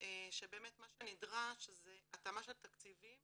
שבאמת מה שנדרש זה התאמה של תקציבים